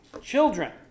Children